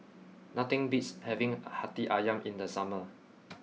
nothing beats having Hati Ayam in the summer